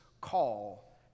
call